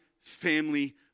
family